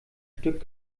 stück